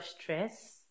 stress